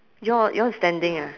your yours standing ah